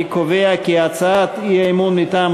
אני קובע כי הצעת האי-אמון מטעם